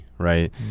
right